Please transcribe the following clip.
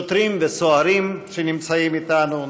שוטרים וסוהרים שנמצאים איתנו,